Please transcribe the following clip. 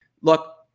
Look